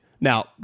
now